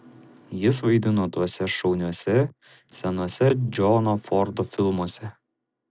jis vaidino tuose šauniuose senuose džono fordo filmuose